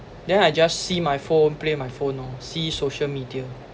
then I just see my phone play my phone lor see social media